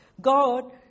God